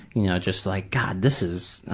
you know, just like, god, this is, oh,